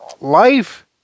Life